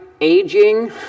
aging